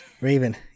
raven